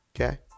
Okay